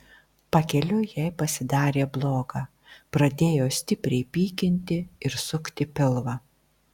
pakeliui jai pasidarė bloga pradėjo stipriai pykinti ir sukti pilvą